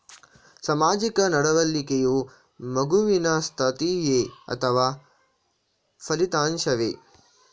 ಸಾಮಾಜಿಕ ನಡವಳಿಕೆಯು ಮಗುವಿನ ಸ್ಥಿತಿಯೇ ಅಥವಾ ಫಲಿತಾಂಶವೇ?